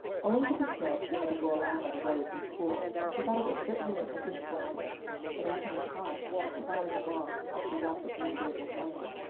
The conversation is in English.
owing to the snow she had to go around by the road to school and she thought it was certainly an impish coincidence that anthony pye should come ploughing along just as she left the green gables lane.